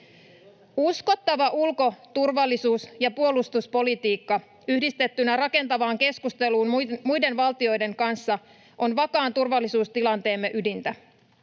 Uskottava ulko-, turvallisuus- ja puolustuspolitiikka yhdistettynä rakentavaan keskusteluun muiden valtioiden kanssa on vakaan turvallisuustilanteemme ydintä.